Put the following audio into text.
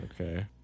Okay